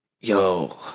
yo